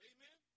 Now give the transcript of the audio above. Amen